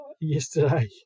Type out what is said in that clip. yesterday